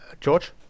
George